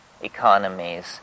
economies